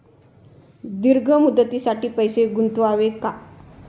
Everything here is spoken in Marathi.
दीर्घ मुदतीसाठी पैसे गुंतवावे का?